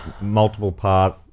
multiple-part